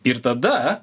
ir tada